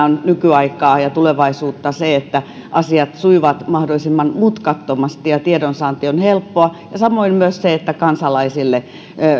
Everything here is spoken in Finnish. on nykyaikaa ja tulevaisuutta se että asiat sujuvat mahdollisimman mutkattomasti ja tiedonsaanti on helppoa ja samoin myös se että kansalaisilla